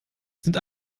sind